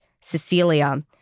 Cecilia